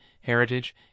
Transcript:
heritage